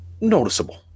noticeable